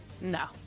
No